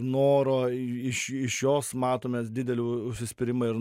noro iš iš jos matom mes didelį užsispyrimą ir